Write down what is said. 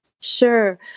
Sure